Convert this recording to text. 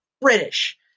British